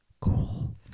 cool